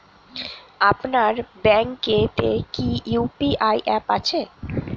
আপনার ব্যাঙ্ক এ তে কি ইউ.পি.আই অ্যাপ আছে?